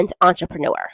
entrepreneur